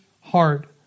heart